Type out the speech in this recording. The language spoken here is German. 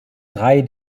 drei